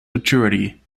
maturity